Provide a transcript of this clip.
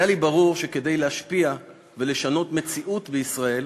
היה לי ברור שכדי להשפיע ולשנות מציאות בישראל,